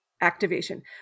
activation